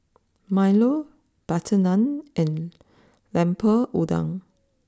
Milo Butter Naan and Lemper Udang